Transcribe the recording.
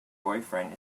boyfriend